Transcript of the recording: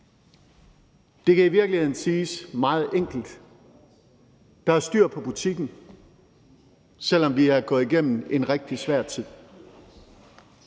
Det kan i virkeligheden siges meget enkelt: Der er styr på butikken, selv om vi er gået igennem en rigtig svær tid.